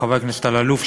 חבר הכנסת אלאלוף,